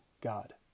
God